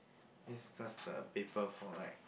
this just the paper for like